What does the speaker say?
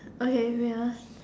okay wait